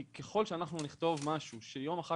כי ככל שאנחנו נכתוב משהו שיום אחר